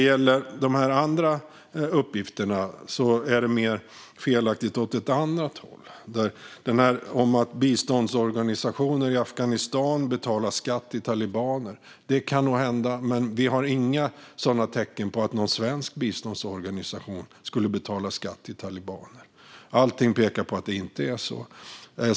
Några andra uppgifter är felaktiga åt ett annat håll, till exempel detta att biståndsorganisationer i Afghanistan betalar skatt till talibaner. Det kan nog hända, men vi ser inga tecken på att någon svensk biståndsorganisation skulle betala skatt till talibaner. Allt pekar på att det inte är så.